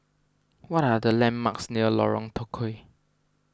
what are the landmarks near Lorong Tukol